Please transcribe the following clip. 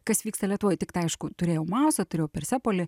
kas vyksta lietuvoj tiktai aišku turėjau mausą turėjau persepolį